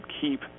keep